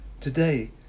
Today